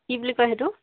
কি বুলি কয় সেইটো